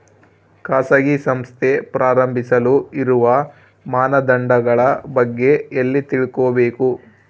ಖಾಸಗಿ ಸಂಸ್ಥೆ ಪ್ರಾರಂಭಿಸಲು ಇರುವ ಮಾನದಂಡಗಳ ಬಗ್ಗೆ ಎಲ್ಲಿ ತಿಳ್ಕೊಬೇಕು?